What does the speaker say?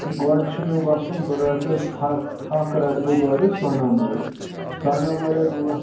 گۄڈٕ چھُ مےٚ وَسُن بہٕ رَٹہٕ تَھک تَھک رَٹہٕ بہٕ گۄڈٕ سۄنامَرگ سۄنامَرگ